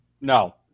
No